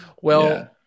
Well-